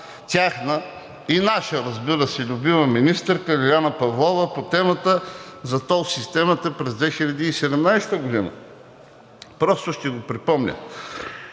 тяхна и наша, разбира се, любима министърка – Лиляна Павлова, по темата за тол системата през 2017 г. Просто ще го припомня.